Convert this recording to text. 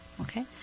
okay